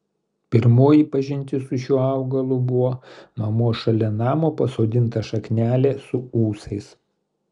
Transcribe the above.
pirmoji pažintis su šiuo augalu buvo mamos šalia namo pasodinta šaknelė su ūsais